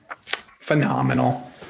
phenomenal